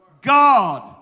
God